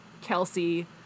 Kelsey